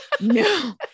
No